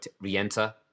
Re-enter